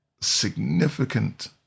significant